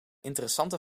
interessante